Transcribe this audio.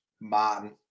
Martin